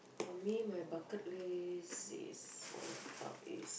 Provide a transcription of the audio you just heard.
for me my bucket list is one of the top is